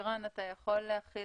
להבנתי